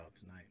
tonight